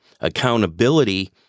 accountability